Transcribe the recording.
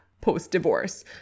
post-divorce